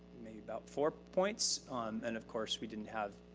made about four points. and of course we didn't have,